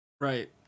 Right